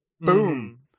boom